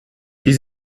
die